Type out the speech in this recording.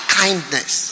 kindness